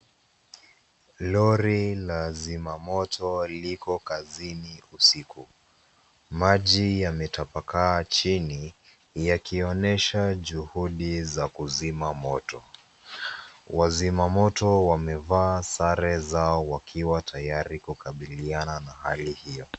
Lori la zimamoto liko kazini usiku. Maji yametapakaa chini, yakionyesha juhudi za kuzima moto . Wazimamoto wamevaa sare zao wakiwa tayari kukabilian na hali hiyo.